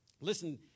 Listen